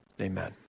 amen